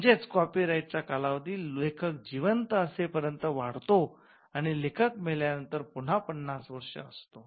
म्हणजेच कॉपीराईट चा कालावधी लेखक जिवंत असे पर्यंत वाढतो आणि लेखक मेल्या नंतर पुन्हा पन्नास वर्ष असतो